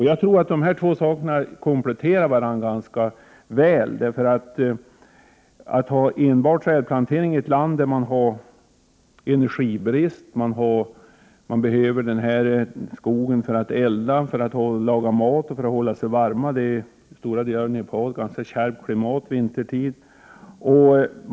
Jag tror att dessa båda saker kompletterar varandra ganska väl. Det räcker inte att bara arbeta med trädplantering i ett land där det råder energibrist och där man behöver denna skog för att laga mat och hålla sig varma — stora delar av Nepal har ett ganska kärvt klimat vintertid.